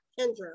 Kendra